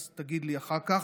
אז תגיד לי אחר כך.